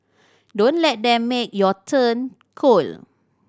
don't let them make you turn cold